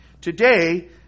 today